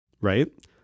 right